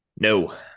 No